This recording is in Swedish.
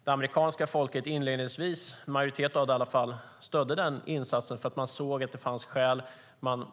Det amerikanska folket - i alla fall en majoritet av det - stödde inledningsvis den insatsen, eftersom man såg att det fanns skäl.